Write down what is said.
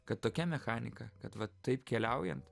kad tokia mechanika kad vat taip keliaujant